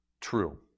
True